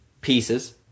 pieces